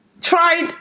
tried